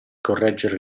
correggere